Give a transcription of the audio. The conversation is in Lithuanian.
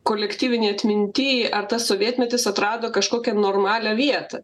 kolektyvinėj atminty ar tas sovietmetis atrado kažkokią normalią vietą